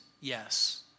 yes